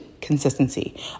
consistency